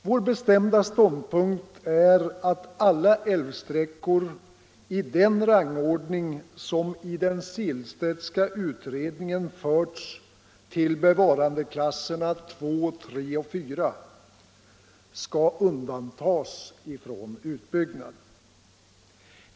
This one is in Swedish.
Vår bestämda ståndpunkt är att alla älvsträckor i den rangordning som i den Sehlstedtska utredningen förts till bevarandeklasserna 2, 3 och 4 skall undantas från utbyggnad.